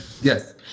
Yes